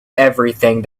everything